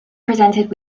presented